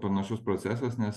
panašus procesas nes